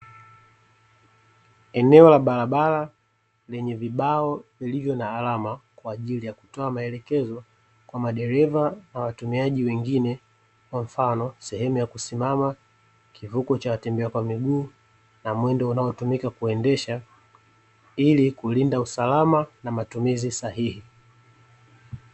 Eneo la barabara lenye vibao vilivyo na alama kwa ajili ya kutoa maelekezo kwa madereva na watumiaji wengine, kwa mfano: sehemu ya kusimama, kivuko cha watembea kwa miguu na mwendo unaotumika kuendesha; ili kulinda usalama na matumizi sahihi.